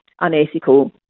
unethical